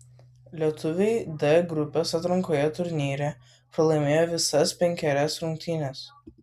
lietuviai d grupės atrankos turnyre pralaimėjo visas penkerias rungtynes